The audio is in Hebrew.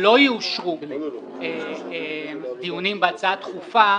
שלא יאושרו דיונים בהצעה דחופה